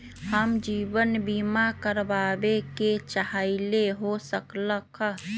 हम जीवन बीमा कारवाबे के चाहईले, हो सकलक ह?